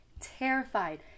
terrified